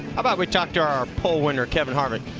about we talk to our pole winner kevin harvik.